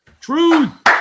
truth